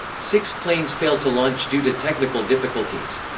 six planes failed to launch due to technical difficulties.